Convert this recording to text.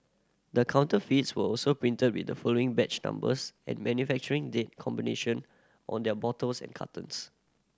the counterfeits were also printed with the following batch numbers and manufacturing date combination on their bottles and cartons